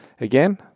Again